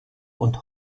und